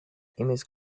image